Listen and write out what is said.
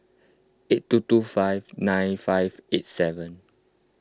eight two two five nine five eight seven